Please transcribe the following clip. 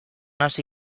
hasi